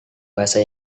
bahasa